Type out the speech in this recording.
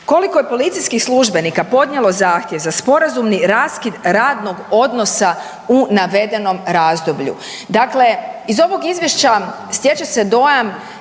Koliko je policijskih službenika podnijelo zahtjev za sporazumni raskid radnog odnosa u navedenom razdoblju? Dakle, iz ovog izvješća stječe se dojam